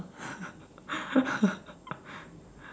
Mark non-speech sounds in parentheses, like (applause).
(laughs)